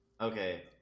Okay